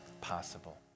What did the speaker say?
possible